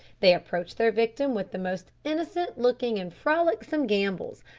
they approach their victim with the most innocent looking and frolicsome gambols,